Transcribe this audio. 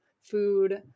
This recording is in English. food